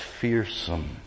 fearsome